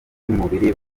by’umubiri